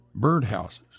birdhouses